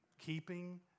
Keeping